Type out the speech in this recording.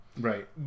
Right